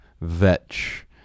vetch